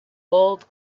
gold